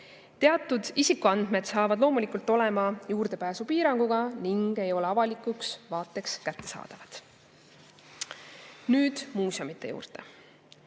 Teatud isikuandmed saavad loomulikult olema juurdepääsupiiranguga ning ei ole avalikuks vaateks kättesaadavad. Nüüd muuseumide juurde.